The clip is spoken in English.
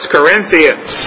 Corinthians